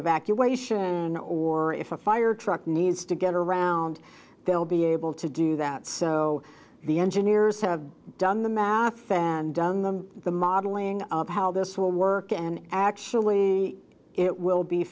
evacuation or if a fire truck needs to get around they'll be able to do that so the engineers have done the math and done them the modeling of how this will work and actually it will be